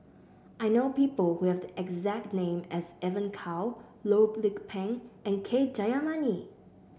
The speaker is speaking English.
I know people who have the exact name as Evon Kow Loh Lik Peng and K Jayamani